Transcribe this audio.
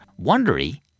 Wondery